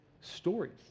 stories